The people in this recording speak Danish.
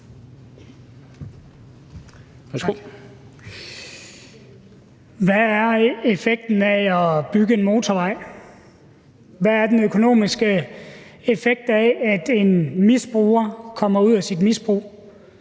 Hvad er effekten af at bygge en motorvej? Hvad er den økonomiske effekt af, at en misbruger kommer ud af sit misbrug?